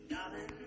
Darling